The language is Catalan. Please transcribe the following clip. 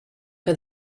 que